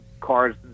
cars